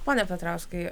pone petrauskai